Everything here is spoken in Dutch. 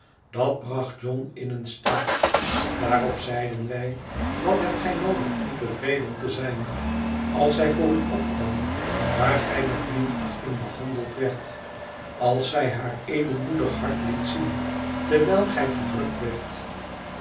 dat bracht john in een staat daarop zeiden wij t wat hebt gij noodig om tevreden te zijn als zij voor u opkwam waar gij met minachting behandeld werdt als zij haar edelmoedig hart liet zien terwijl gij verdrukt werdt